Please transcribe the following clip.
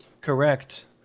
Correct